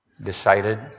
decided